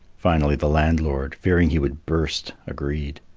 finally the landlord, fearing he would burst, agreed.